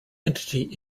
entity